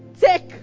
take